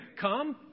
come